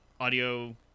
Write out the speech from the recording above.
audio